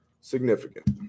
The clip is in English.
Significant